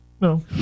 No